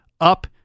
up